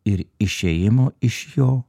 ir išėjimo iš jo